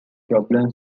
problem